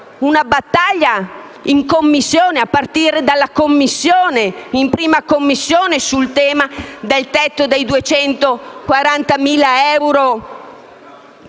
una battaglia in Commissione (a partire dalla Commissione affari costituzionali) sul tema del tetto dei 240.000 euro